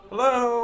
Hello